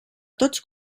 tots